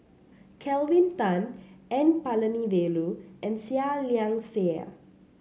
Kelvin Tan N Palanivelu and Seah Liang Seah